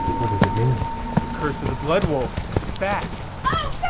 what doe sit mean? it's the curse of the blood wolf, it's back. oh